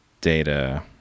data